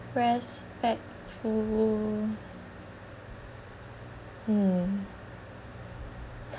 respectful hmm